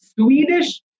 Swedish